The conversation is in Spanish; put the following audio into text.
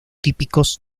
típicos